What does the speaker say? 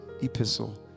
epistle